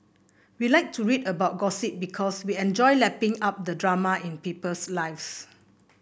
we like to read about gossip because we enjoy lapping up the drama in people's lives